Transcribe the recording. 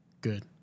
Good